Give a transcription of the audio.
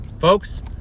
folks